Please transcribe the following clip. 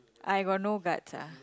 I got no guts lah